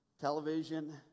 television